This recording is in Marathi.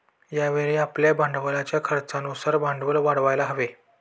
यावेळी आपल्याला भांडवलाच्या खर्चानुसार भांडवल वाढवायला हवे